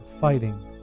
fighting